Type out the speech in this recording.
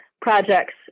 projects